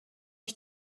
ich